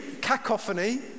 cacophony